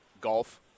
Golf